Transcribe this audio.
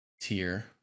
tier